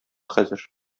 хәзер